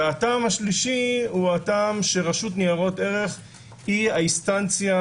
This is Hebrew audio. הטעם השלישי שהרשות ניירות ערך היא האינסטנציה